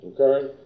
Okay